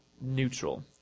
neutral